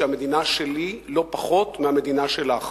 שהיא המדינה שלי לא פחות מהמדינה שלך.